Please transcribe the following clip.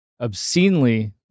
obscenely